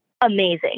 amazing